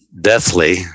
deathly